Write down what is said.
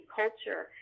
culture